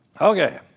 Okay